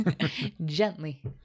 gently